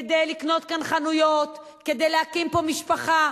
כדי לקנות כאן חנויות, כדי להקים פה משפחה,